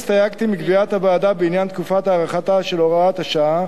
הסתייגתי מקביעת הוועדה בעניין תקופת הארכתה של הוראת השעה,